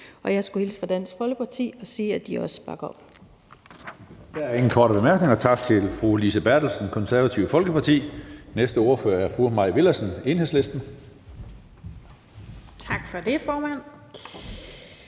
Og jeg skulle hilse fra Dansk Folkeparti og sige, at de også bakker op.